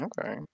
Okay